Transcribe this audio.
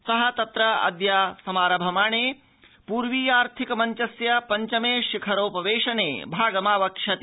सः तत्राद्य समारभमाणे पूर्वीयार्थिक मञ्चस्य पञ्चमे शिखरोप वेशने भागमावक्ष्यति